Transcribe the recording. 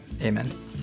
Amen